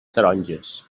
taronges